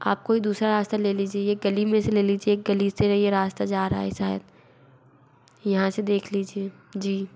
आप कोई दूसरा रास्ता ले लीजिए ये गली में से ले लीजिए एक गली से ये रास्ता जा रा है शायद यहाँ से देख लीजिए जी